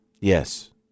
Yes